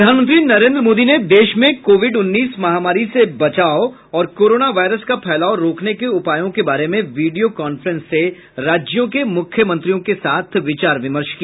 प्रधानमंत्री नरेद्र मोदी ने देश में कोविड उन्नीस महामारी से बचाव और कोरोना वायरस का फैलाव रोकने के उपायों के बारे में वीडियो कांफ्रेंस से राज्यों के मुख्यमंत्रियों के साथ विचार विमर्श किया